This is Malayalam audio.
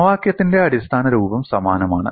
സമവാക്യത്തിന്റെ അടിസ്ഥാന രൂപം സമാനമാണ്